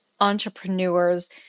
entrepreneurs